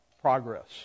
Progress